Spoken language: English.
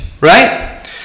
right